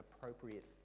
appropriate